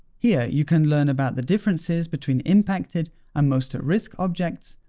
here you can learn about the differences between impacted and most-at-risk objects,